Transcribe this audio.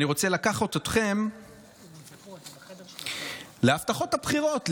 אני רוצה לקחת אתכם להבטחות הבחירות,